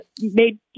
made